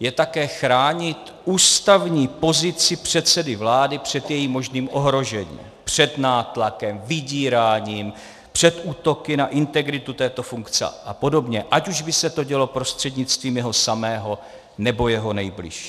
je také chránit ústavní pozici předsedy vlády před jejím možným ohrožením, před nátlakem, vydíráním, před útoky na integritu této funkce a podobně, ať už by se to dělo prostřednictvím jeho samého, nebo jeho nejbližších.